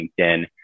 LinkedIn